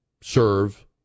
serve